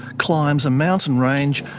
climbs a mountain range,